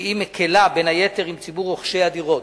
והיא מקלה, בין היתר, עם ציבור רוכשי הדירות.